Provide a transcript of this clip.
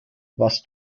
was